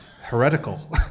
heretical